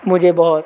मुझे बहुत